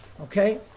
Okay